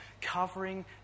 covering